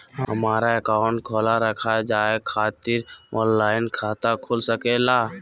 हमारा अकाउंट खोला रखा जाए खातिर ऑनलाइन खाता खुल सके ला?